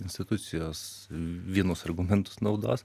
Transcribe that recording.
institucijos vienus argumentus naudos